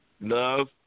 Love